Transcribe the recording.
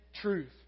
truth